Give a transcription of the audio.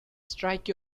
strike